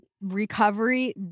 recovery